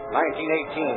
1918